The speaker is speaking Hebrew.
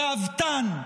גאוותן,